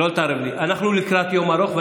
אנחנו לקראת יום ארוך,